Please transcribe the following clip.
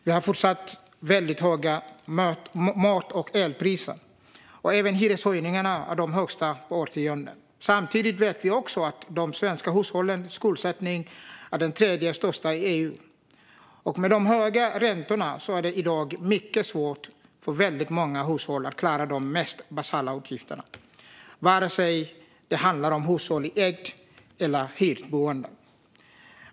Vi har fortsatt väldigt höga mat och elpriser, och hyreshöjningarna är de högsta på årtionden. Samtidigt vet vi att de svenska hushållens skuldsättning är den tredje största i EU. Med de höga räntorna är det i dag mycket svårt för väldigt många hushåll att klara de mest basala utgifterna vare sig det handlar om hushåll i ägt eller hyrt boende.